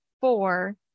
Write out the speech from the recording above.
four